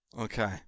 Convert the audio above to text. Okay